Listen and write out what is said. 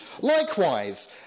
Likewise